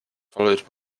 followed